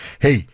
Hey